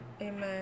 Amen